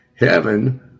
heaven